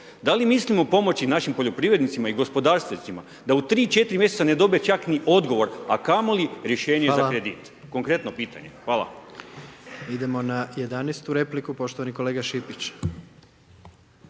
da li mislimo pomoći našim poljoprivrednicima i gospodarstvenicima da u 3, 4 mjeseca ne dobe čak ni odgovor, a kamoli rješenje za kredit? Konkretno pitanje, hvala. **Jandroković, Gordan (HDZ)** Hvala.